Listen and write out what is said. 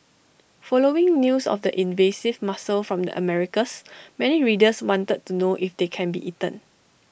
following news of the invasive mussel from the Americas many readers wanted to know if they can be eaten